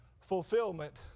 fulfillment